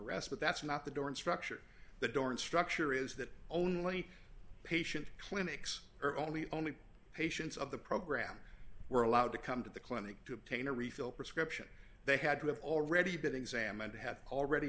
arrest but that's not the dorm structure the dorrance structure is that only patient clinics or only only patients of the program were allowed to come to the clinic to obtain a refill prescription they had to have already been examined have already